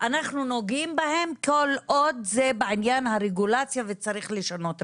אנחנו נוגעים בזה כל עוד זה בעניין הרגולציה וצריך לשנות רגולציה.